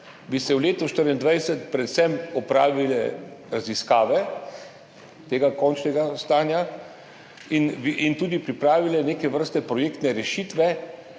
bi se v letu 2024 predvsem opravile raziskave tega končnega stanja in tudi pripravile neke vrste projektne rešitve,